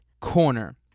corner